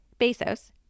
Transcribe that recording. Bezos